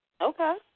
Okay